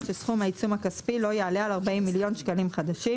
שסכום העיצום הכספי לא יעלה על 40 מיליון שקלים חדשים"